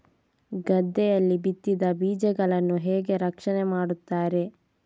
ಗದ್ದೆಯಲ್ಲಿ ಬಿತ್ತಿದ ಬೀಜಗಳನ್ನು ಹೇಗೆ ರಕ್ಷಣೆ ಮಾಡುತ್ತಾರೆ?